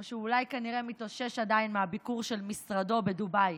או שאולי כנראה הוא עדיין מתאושש מהביקור של משרדו בדובאי?